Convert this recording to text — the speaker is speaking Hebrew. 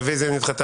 הרביזיה נדחתה.